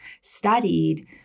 studied